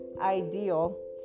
ideal